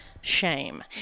shame